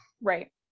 Right